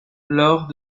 lors